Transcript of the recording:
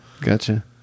Gotcha